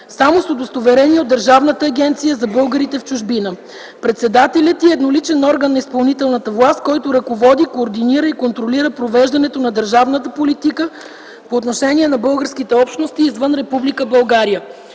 само с удостоверение от Държавната агенция за българите в чужбина. Председателят й е едноличен орган на изпълнителната власт, който ръководи, координира и контролира провеждането на държавната политика по отношение на българските общности извън Република България.